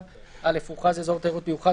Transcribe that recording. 12ג. (א)הוכרז אזור תיירות מיוחד,